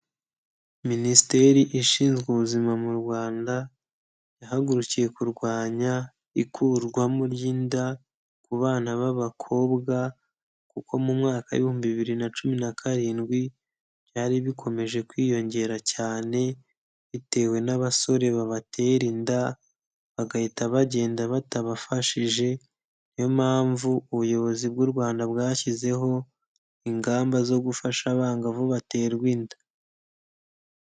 Minisiteri ishinzwe ubuzima mu Rwanda yahagurukiye kurwanya ikurwamo ry'inda ku bana b'abakobwa kuko mu mwaka w'ibihumbi bibiri na cumi na karindwi byari bikomeje kwiyongera cyane bitewe n'abasore babatera inda bagahita bagenda batabafashije. Ni yo mpamvu ubuyobozi bw'u Rwanda bwashyizeho ingamba zo gufasha abangavu baterwa inda.